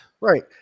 Right